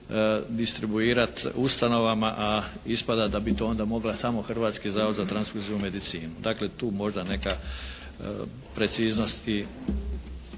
distribuirati ustanovama, a ispada da bi to onda mogla samo Hrvatski zavod za transfuziju i medicinu. D Dakle, tu možda neka preciznost i